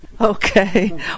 Okay